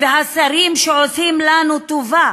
והשרים שעושים לנו טובה